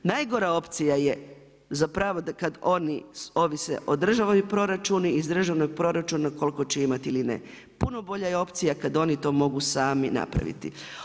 Najgora opcija je da kada oni ovise o državnim proračunima iz državnog proračuna koliko će imati ili ne, puno bolja opcija kada oni to mogu sami napraviti.